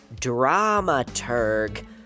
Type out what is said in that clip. Dramaturg